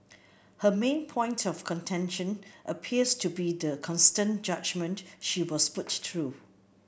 her main point of contention appears to be the constant judgement she was put through